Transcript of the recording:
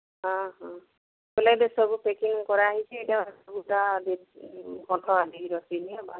ହଁ ହଁ ଭଲ କେ ସବୁ ପ୍ୟାକିଂ କରା ହେଇଛି